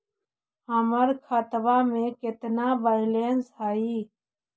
हमर खतबा में केतना बैलेंस हई?